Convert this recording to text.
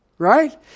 Right